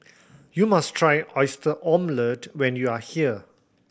you must try Oyster Omelette when you are here